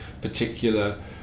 particular